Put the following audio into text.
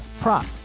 prop